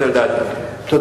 חבר הכנסת אלדד, בבקשה.